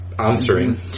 answering